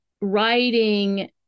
writing